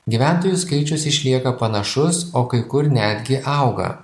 gyventojų skaičius išlieka panašus o kai kur netgi auga